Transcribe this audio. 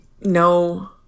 No